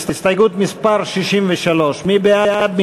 הסתייגות מס' 63, מי בעד?